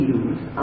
use